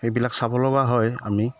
সেইবিলাক চাব লগা হয় আমি